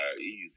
easy